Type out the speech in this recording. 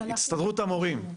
הסתדרות המורים,